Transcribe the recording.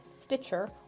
Stitcher